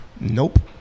Nope